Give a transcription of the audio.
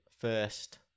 first